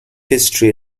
history